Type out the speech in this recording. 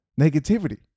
Negativity